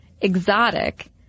exotic